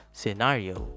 scenario